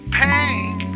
pain